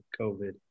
COVID